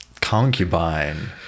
concubine